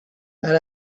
had